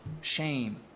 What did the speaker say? shame